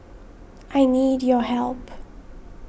I need your help